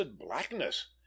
blackness